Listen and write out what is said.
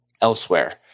elsewhere